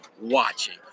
Watching